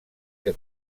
que